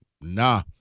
nah